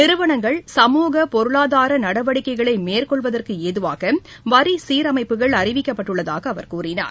நிறுவனங்கள் சமூகப் பொருளாதார நடவடிக்கைகளை மேற்கொள்வதற்கு ஏதுவாக வரி சீரமைப்புகள் அறிவிக்கப்பட்டுள்ளதாக அவர் கூறினார்